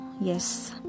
yes